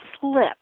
slip